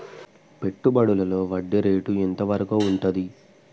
పెట్టుబడులలో వడ్డీ రేటు ఎంత వరకు ఉంటది?